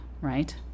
right